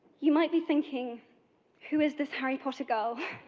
you might be thinking who is this harry potter girl?